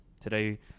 Today